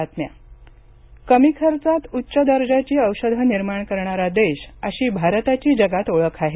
पंतप्रधान कमी खर्चात उच्च दर्जाची औषधं निर्माण करणारा देश अशी भारताची जगात ओळख आहे